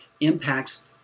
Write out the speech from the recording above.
impacts